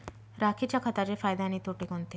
राखेच्या खताचे फायदे आणि तोटे कोणते?